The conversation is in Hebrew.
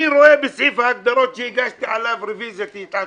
אני רואה בסעיף ההגדרות שהגשתי עליו רביזיה כי התעצבנתי,